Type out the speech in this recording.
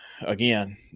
again